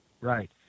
Right